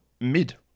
mid